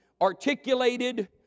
articulated